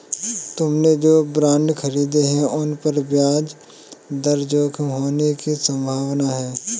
तुमने जो बॉन्ड खरीदे हैं, उन पर ब्याज दर जोखिम होने की संभावना है